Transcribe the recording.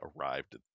arrived